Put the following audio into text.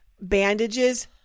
bandages